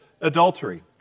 adultery